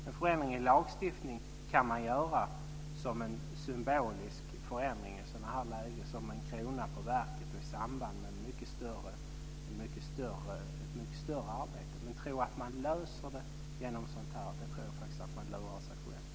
En förändring i lagstiftningen kan man göra som en symbolisk förändring i ett sådant här läge - som en krona på verket i samband med ett mycket större arbete. Men om man tror att man löser detta på det viset så tror jag att man lurar sig själv.